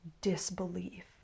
disbelief